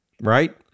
right